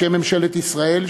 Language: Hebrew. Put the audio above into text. בשם ממשלת ישראל,